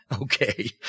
Okay